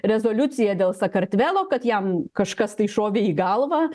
rezoliucija dėl sakartvelo kad jam kažkas tai šovė į galvą